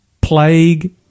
plague